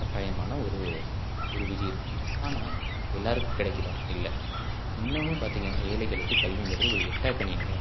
கட்டாயமான ஒரு ஒரு விதி இருக்குது ஆனால் எல்லோருக்கும் கிடைக்குதா இல்லை இன்னுமும் பார்த்தீங்கன்னா ஏழைகளுக்கு கல்விங்கிறது ஒரு எட்டாக் கனியாக தான் இருக்குது